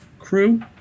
crew